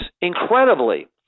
incredibly